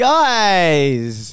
Guys